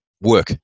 Work